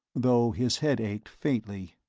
though his head ached faintly.